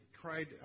cried